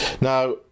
Now